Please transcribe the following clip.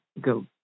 go